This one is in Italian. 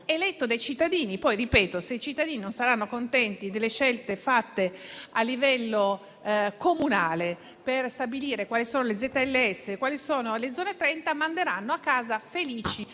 eletto dai cittadini; poi ripeto che, se i cittadini non saranno contenti delle scelte fatte a livello comunale per stabilire quali sono le ZTL e quali sono le Zone 30, manderanno a casa felici